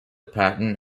patent